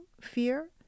fear